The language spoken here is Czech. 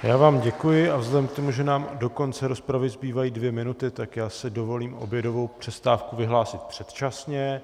Já vám děkuji a vzhledem k tomu, že nám do konce rozpravy zbývají dvě minuty, tak si dovolím obědovou přestávku vyhlásit předčasně.